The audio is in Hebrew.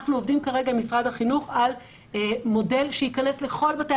אנחנו עובדים כרגע עם משרד החינוך על מודל שייכנס לכל בתי